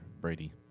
Brady